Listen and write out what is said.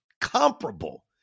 comparable